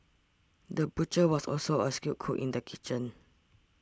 the butcher was also a skilled cook in the kitchen